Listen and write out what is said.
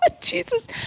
Jesus